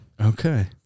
Okay